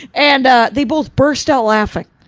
and they both burst out laughing.